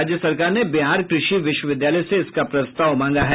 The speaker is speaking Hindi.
राज्य सरकार ने बिहार कृषि विश्वविद्यालय से इसका प्रस्ताव मांगा है